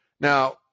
Now